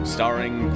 Starring